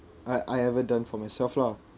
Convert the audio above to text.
I I ever done for myself lah